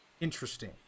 interesting